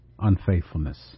unfaithfulness